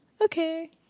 Okay